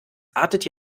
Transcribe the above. artet